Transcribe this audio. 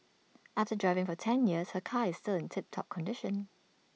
after driving for ten years her car is still in tip top condition